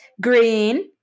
green